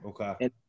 Okay